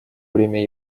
время